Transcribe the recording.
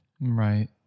right